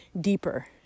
deeper